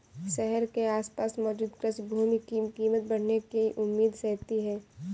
शहर के आसपास मौजूद कृषि भूमि की कीमत बढ़ने की उम्मीद रहती है